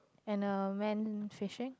and a man fishing